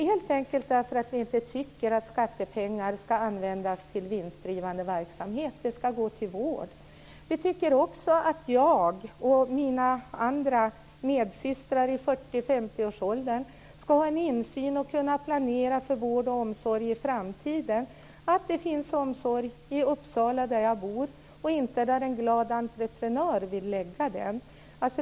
Vi tycker helt enkelt inte att skattepengar ska användas till vinstdrivande verksamhet. De ska gå till vård. Jag och mina andra medsystrar i 40-50-årsåldern ska ha en insyn och kunna planera för vård och omsorg i framtiden. Det ska finnas omsorg i Uppsala där jag bor och inte där en glad entreprenör vill lägga den.